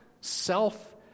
self